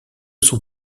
son